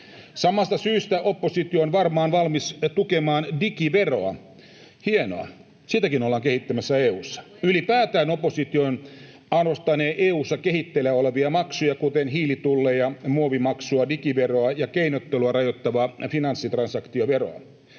Samasta syystä oppositio on varmaan valmis tukemaan digiveroa — hienoa. Sitäkin ollaan EU:ssa kehittämässä. Ylipäätään oppositio arvostanee EU:ssa kehitteillä olevia maksuja, kuten hiilitulleja, muovimaksua, digiveroa ja keinottelua rajoittavaa finanssitransaktioveroa.